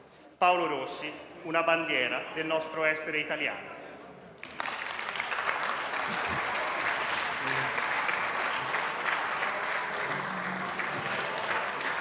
Paolo Rossi: una bandiera del nostro essere italiani.